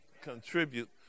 contribute